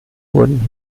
wurden